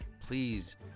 Please